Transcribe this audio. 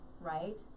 right